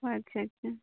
ᱚᱸᱻ ᱟᱪᱪᱷᱟ ᱟᱪᱪᱷᱟ